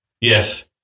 Yes